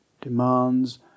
demands